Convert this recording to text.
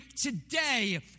today